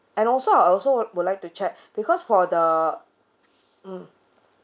and also I also would like to check because for the mm